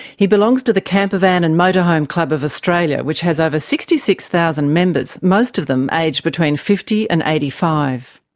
he belongs to the campervan and motorhome club of australia, which has over sixty six thousand members, most of them aged between fifty and eighty five.